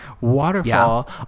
Waterfall